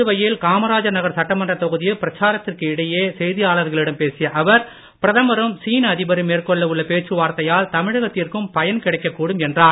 புதுவையில் காமராஜர் நகர் சட்டமன்றத் தொகுதியில் பிராச்சாரத்திற்கு இடையே செய்தியாளர்களிடம் பேசிய அவர் பிரதமரும் சீன அதிபரும் மேற்கொள்ள உள்ள பேச்சுவார்த்தையால் தமிழகத்திற்கம் பயன் கிடைக்க கூடும் என்றார்